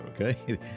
okay